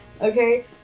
Okay